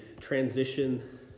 transition